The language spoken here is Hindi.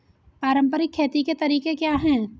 पारंपरिक खेती के तरीके क्या हैं?